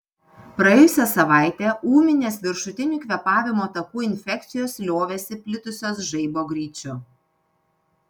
praėjusią savaitę ūminės viršutinių kvėpavimo takų infekcijos liovėsi plitusios žaibo greičiu